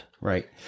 Right